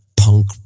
punk